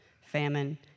famine